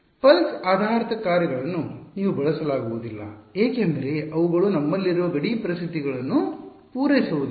pulse ಆಧಾರಿತ ಕಾರ್ಯಗಳನ್ನು ನೀವು ಬಳಸಲಾಗುವುದಿಲ್ಲ ಏಕೆಂದರೆ ಅವುಗಳು ನಮ್ಮಲ್ಲಿರುವ ಗಡಿ ಪರಿಸ್ಥಿತಿಗಳನ್ನು ಪೂರೈಸುವುದಿಲ್ಲ